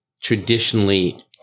traditionally